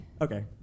Okay